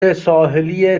ساحلی